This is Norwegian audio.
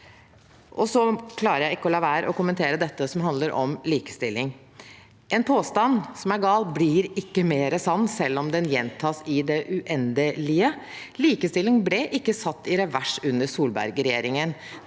Jeg klarer ikke å la være å kommentere det som handler om likestilling. En påstand som er gal, blir ikke mer sann om den gjentas i det uendelige. Likestilling ble ikke satt i revers under Solberg-regjeringen.